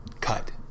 cut